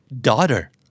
daughter